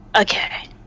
okay